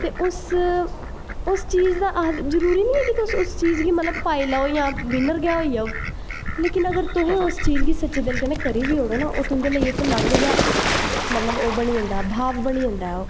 ते उस चीज दा जरूरी नी ऐ कि उस चीज गा पाई लैओ दां बिमर गै होई जाओ लेकिन तुस सच्चे दिल कन्नै अगर उसी करी बी ओड़ो ना ओह् तुंदे लोई इक अलग गै मतलव ओह् बनी जंदा ऐ भाव बनी जंदा ऐ